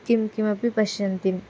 किं किमपि पश्यन्ति